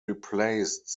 replaced